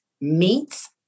meats